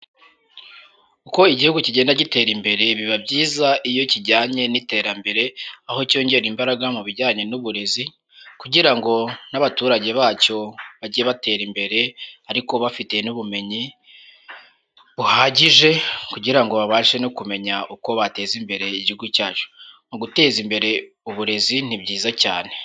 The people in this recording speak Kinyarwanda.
Uko igihugu kigenda gitera imbere biba byiza iyo kijyanye n'iterambere, aho cyongera imbaraga mu bijyanye n'uburezi, kugira ngo n'abaturage bacyo bajye batera imbere, ariko bafite n'ubumenyi, buhagije kugira ngo babashe no kumenya uko bateza imbere Igihugu cyacu. Mu guteza imbere uburezi ni byiza cyane.